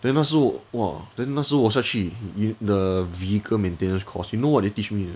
then 那时候 !wah! then 那时候我下去 the vehicle maintenance course you know what they teach me or not